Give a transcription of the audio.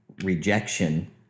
rejection